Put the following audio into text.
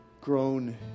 grown